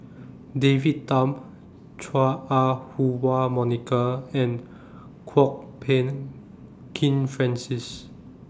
David Tham Chua Ah Huwa Monica and Kwok Peng Kin Francis